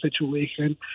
situation